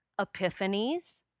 epiphanies